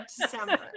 December